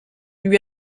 lui